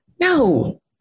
no